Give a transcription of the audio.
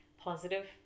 positive